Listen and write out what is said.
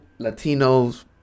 Latinos